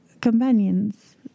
companions